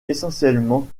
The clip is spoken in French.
essentiellement